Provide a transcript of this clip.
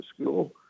school